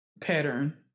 pattern